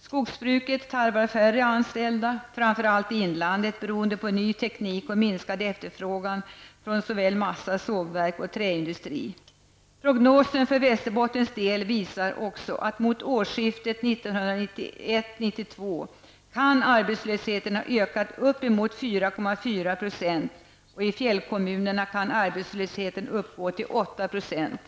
Skogsbruket tarvar färre anställda, framför allt i inlandet, beroende på ny teknik och minskad efterfrågan från såväl massaindustri som sågverk och träindustri. Prognosen för Västerbottens del visar också att arbetslösheten fram emot årsskiftet 1991/92 kan ha ökat uppemot 4,4 %, och i fjällkommunerna kan arbetslösheten uppgå till 8 %.